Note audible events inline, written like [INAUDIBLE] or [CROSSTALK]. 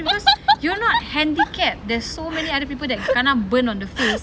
[NOISE]